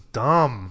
dumb